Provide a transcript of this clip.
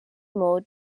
moved